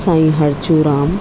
Sai Harchu Ram